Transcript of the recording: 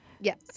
Yes